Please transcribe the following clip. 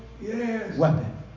weapon